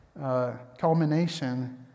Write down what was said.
culmination